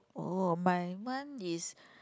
oh my one is